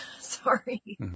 Sorry